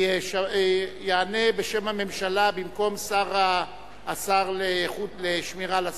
יענה בשם הממשלה, במקום השר לשמירה על הסביבה.